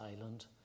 island